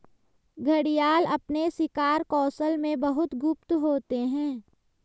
घड़ियाल अपने शिकार कौशल में बहुत गुप्त होते हैं